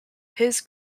his